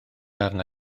arna